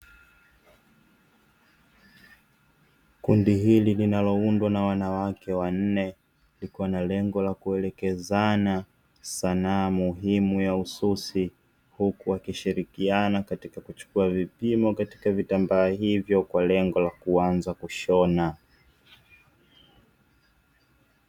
Kundi hili linaloundwa na wanawake wanne, liko na lengo la kuelekezana sanaa muhimu ya ususi, huku wakishirikiana kuchukua vipimo katika vitambaa hivyo kwa lengo la kuanza kushona.